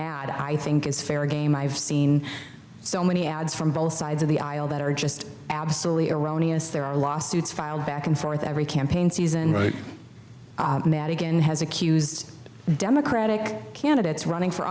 ad i think it's fair game i've seen so many ads from both sides of the aisle that are just absolutely erroneous there are lawsuits filed back and forth every campaign season right madigan has accused democratic candidates running for